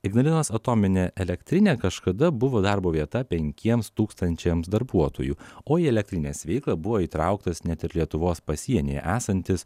ignalinos atominė elektrinė kažkada buvo darbo vieta penkiems tūkstančiams darbuotojų o į elektrinės veiklą buvo įtrauktas net ir lietuvos pasienyje esantis